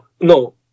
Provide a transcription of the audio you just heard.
no